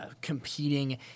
competing